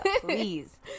Please